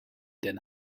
den